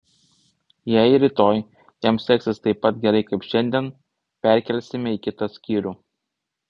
jei rytoj jam seksis taip pat gerai kaip šiandien perkelsime į kitą skyrių